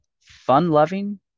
fun-loving